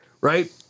right